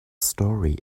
story